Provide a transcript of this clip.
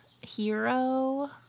hero